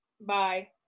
bye